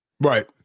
Right